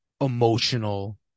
emotional